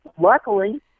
luckily